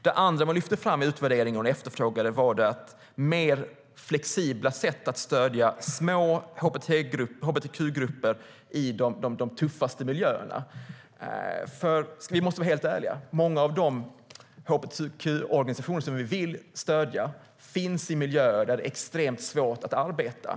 Det andra som man efterfrågade och lyfte fram i utvärderingen var mer flexibla sätt att stödja små hbtq-grupper i de tuffaste miljöerna. Vi måste vara helt ärliga. Många av de hbtq-organisationer som vi vill stödja finns i miljöer där det är extremt svårt att arbeta.